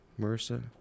Marissa